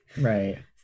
right